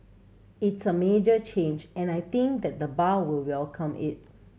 it's a major change and I think that the bar will welcome it